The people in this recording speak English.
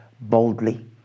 boldly